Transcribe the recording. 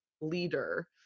leader